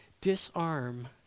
disarm